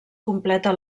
completa